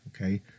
Okay